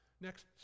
Next